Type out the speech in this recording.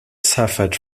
suffered